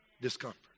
discomfort